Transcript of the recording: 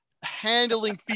Handling